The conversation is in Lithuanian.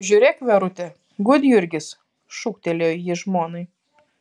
žiūrėk verute gudjurgis šūkteli jis žmonai